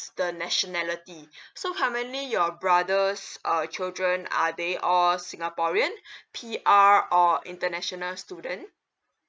the nationality so currently your brother's uh children are they all singaporean P_R or international student